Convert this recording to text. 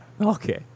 Okay